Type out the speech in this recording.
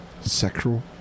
Sexual